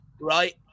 Right